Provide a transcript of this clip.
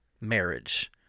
marriage